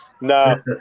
No